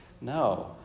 No